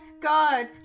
god